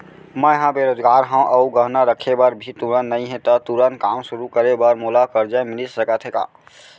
मैं ह बेरोजगार हव अऊ गहना रखे बर भी तुरंत नई हे ता तुरंत काम शुरू करे बर मोला करजा मिलिस सकत हे का?